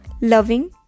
loving